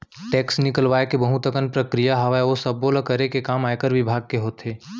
tax निकलवाय के बहुत अकन प्रक्रिया हावय, ओ सब्बो ल करे के काम आयकर बिभाग के होथे